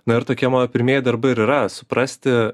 na ir tokie mano pirmieji darbai ir yra suprasti